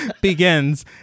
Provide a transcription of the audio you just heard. begins